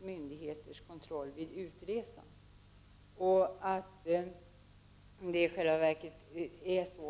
myndigheternas kontroll i det egna landet vid utresan.